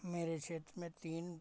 मेरे क्षेत्र में तीन